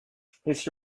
his